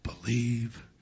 believe